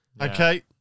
Okay